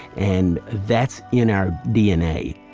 and that's in our dna.